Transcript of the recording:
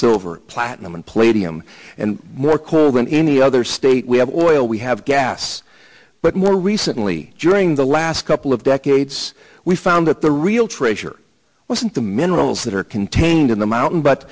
silver platinum and palladium and more coal than any other state we have oil we have gas but more recently during the last couple of decades we found that the real treasure wasn't the minerals that are contained in the mountain but